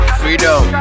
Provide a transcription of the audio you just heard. freedom